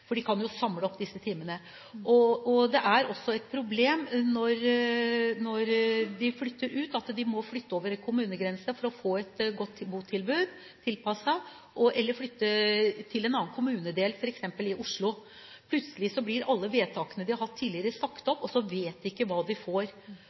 for de kan jo samle opp disse timene. Det er også et problem når de flytter ut, at de må flytte over kommunegrensen for å få et godt tilpasset botilbud, eller flytte til en annen kommunedel, f.eks. i Oslo. Plutselig blir alle vedtakene de har hatt tidligere, sagt